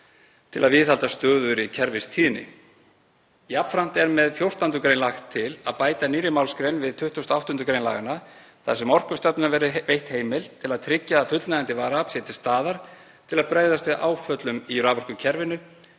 til að viðhalda stöðugri kerfistíðni.“ Jafnframt er með 14. gr. lagt til að bæta nýrri málsgrein við 24. gr. laganna þar sem Orkustofnun verði veitt heimild til að tryggja að fullnægjandi varaafl sé til staðar til að bregðast við áföllum í raforkukerfinu